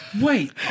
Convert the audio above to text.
Wait